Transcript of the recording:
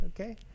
okay